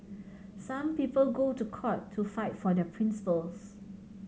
some people go to court to fight for their principles